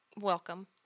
Welcome